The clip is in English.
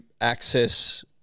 access